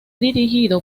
dirigido